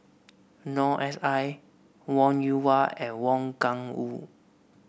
Noor S I Wong Yoon Wah and Wang Gungwu